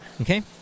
Okay